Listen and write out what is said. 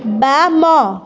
ବାମ